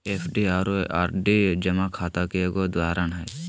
FD आरो RD जमा खाता के एगो उदाहरण हय